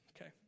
Okay